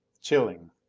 chilling.